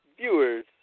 viewers